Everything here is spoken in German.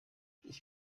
ich